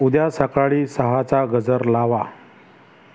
उद्या सकाळी सहाचा गजर लावा